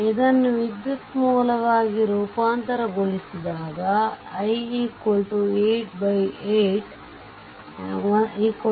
ಇದನ್ನು ವಿದ್ಯುತ್ ಮೂಲವಾಗಿ ರೂಪಾಂತರಗೊLiಸಿದಾಗ i 8 8 1ampere